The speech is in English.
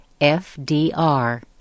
FDR